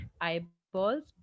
eyeballs